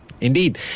Indeed